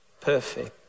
perfect